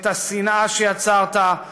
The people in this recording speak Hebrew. את השנאה שיצרת,